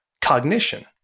cognition